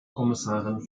kommissarin